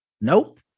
Nope